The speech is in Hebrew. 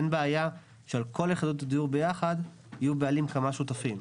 אין בעיה שעל כל יחידות הדיור ביחד יהיו בעלים כמה שותפים.